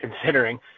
considering